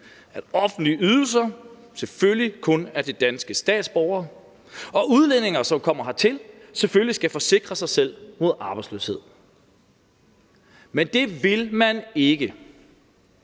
at offentlige ydelser kun er til danske statsborgere, og at udlændinge, som kommer hertil, selvfølgelig skal forsikre sig selv mod arbejdsløshed. Men det vil man ikke.